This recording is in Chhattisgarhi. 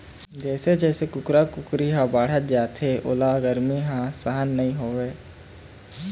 जइसे जइसे कुकरा कुकरी ह बाढ़त जाथे ओला गरमी ह सहन नइ होवय